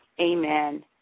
Amen